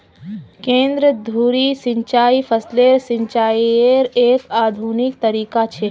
केंद्र धुरी सिंचाई फसलेर सिंचाईयेर एक आधुनिक तरीका छ